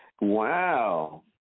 Wow